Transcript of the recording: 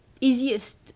easiest